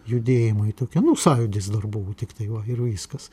judėjimai tokie nu sąjūdis dar buvo tiktai va ir viskas